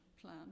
plan